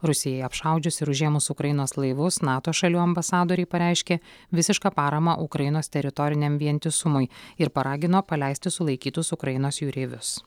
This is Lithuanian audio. rusijai apšaudžius ir užėmus ukrainos laivus nato šalių ambasadoriai pareiškė visišką paramą ukrainos teritoriniam vientisumui ir paragino paleisti sulaikytus ukrainos jūreivius